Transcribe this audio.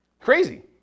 Crazy